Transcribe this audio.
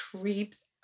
creeps